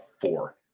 four